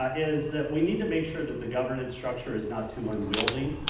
um is that we need to make sure that the governance structure is not too unwieldy,